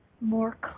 more